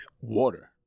Water